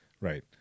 right